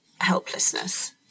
helplessness